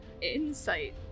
insight